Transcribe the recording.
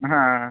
हं